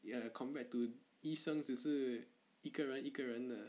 ya compared to 医生只是一个一个人的